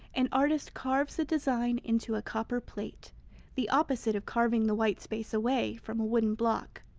an artist carves a design into a copper plate the opposite of carving the white space away from a wooden block.